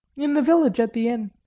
in the village, at the inn.